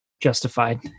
Justified